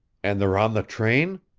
and they're on the train?